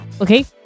okay